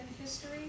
history